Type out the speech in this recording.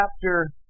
chapter